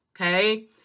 okay